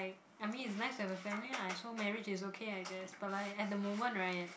I mean it's nice to have a family lah so marriage is okay I guess but like at the moment right